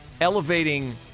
elevating